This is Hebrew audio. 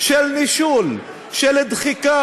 כל מטפלת,